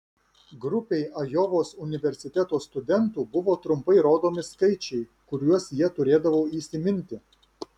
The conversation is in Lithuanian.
grupei ajovos universiteto studentų buvo trumpai rodomi skaičiai kuriuos jie turėdavo įsiminti